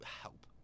help